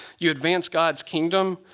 you advance god's kingdom,